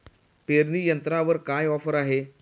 पेरणी यंत्रावर काय ऑफर आहे?